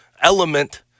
element